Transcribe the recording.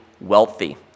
wealthy